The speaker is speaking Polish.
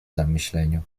zamyśleniu